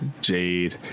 Jade